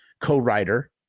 co-writer